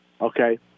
Okay